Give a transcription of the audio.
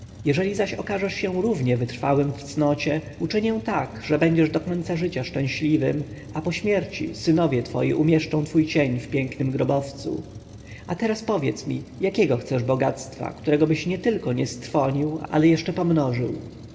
jeżeli zaś okażesz się równie wytrwałym w cnocie uczynię tak że będziesz do końca życia szczęśliwym a po śmierci synowie twoi umieszczą twój cień w pięknym grobowcu a teraz powiedz jakiego chcesz bogactwa któregobyś nietylko nie strwonił ale jeszcze pomnożył